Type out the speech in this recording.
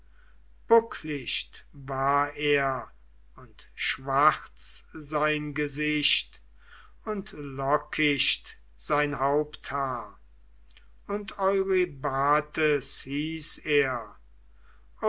war er und schwarz sein gesicht und lockicht sein haupthaar und eurybates hieß er